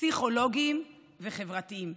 פסיכולוגיים וחברתיים,